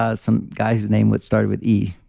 ah some guy's name would start with e.